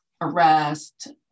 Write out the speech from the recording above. arrest